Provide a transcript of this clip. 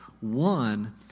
One